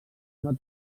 una